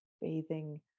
bathing